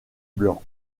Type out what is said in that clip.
blanc